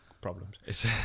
Problems